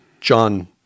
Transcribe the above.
John